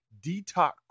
detox